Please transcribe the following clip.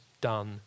done